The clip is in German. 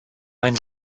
ein